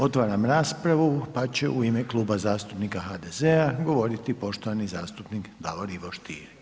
Otvaram raspravu pa će u ime Kluba zastupnika HDZ-a govoriti poštovani zastupnik Davor Ivo Stier.